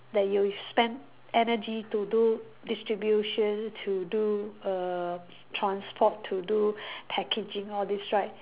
that you spent energy to do distribution to do err transport to do packaging all these right